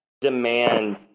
demand